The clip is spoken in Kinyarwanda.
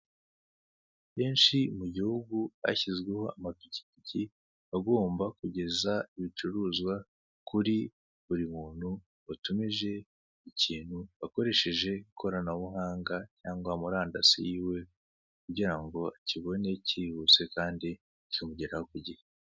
Henshi mu gihugu hashyizweho amapikipiki agomba kugeza ibicuruzwa kuri buri muntu watumije ikintu akoresheje ikoranabuhanga cyangwa murandasi yiwe kugira ngo akibone kihuse kandi akibonera ku gihe.